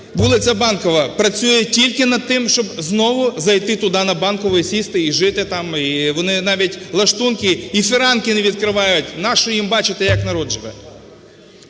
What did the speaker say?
вулиця Банкова – працює тільки над тим, щоби знову зайти туди, на Банкову, і сісти, і жити там, і вони навіть лаштунки… і фіранки не відкривають. Нащо їм бачити, як народ живе?